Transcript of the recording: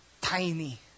tiny